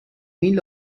mil